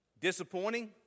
disappointing